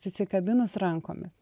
susikabinus rankomis